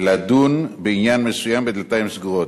לדון בעניין מסוים בדלתיים סגורות.